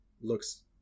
looks